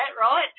right